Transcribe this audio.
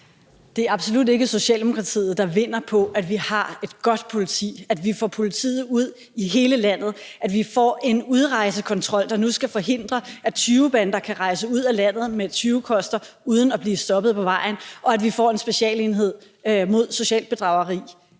Det er absolut ikke Socialdemokratiet, der vinder på, at vi har et godt politi, at vi får politiet ud i hele landet, at vi får en udrejsekontrol, der skal forhindre, at tyvebander kan rejse ud af landet med tyvekoster uden at blive stoppet på vejen, og at vi får en specialenhed mod socialt bedrageri.